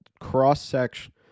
cross-section